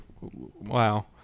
Wow